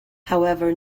however